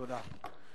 תודה.